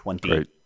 Great